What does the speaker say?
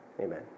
amen